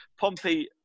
Pompey